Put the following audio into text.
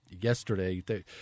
yesterday